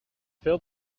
veel